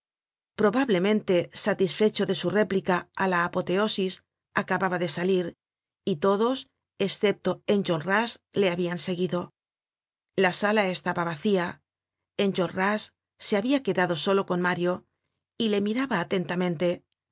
probablemente satisfecho de su réplica á la apoteosis acababa de salir y todos escepto enjoiras le habian seguido la sala estaba vacía enjolras se habia quedado solo con mario y le miraba atentamente